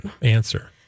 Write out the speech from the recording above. Answer